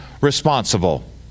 responsible